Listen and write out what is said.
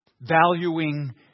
Valuing